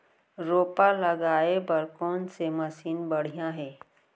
रोपा लगाए बर कोन से मशीन बढ़िया हे?